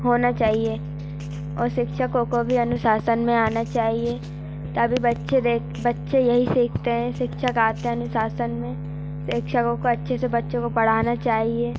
होना चाहिए और शिक्षकों को भी अनुशासन में आना चाहिए तभी बच्चे देख बच्चे यही सीखते हैं शिक्षक आते है अनुशासन में शिक्षकों को अच्छे से बच्चों को पढ़ाना चाहिए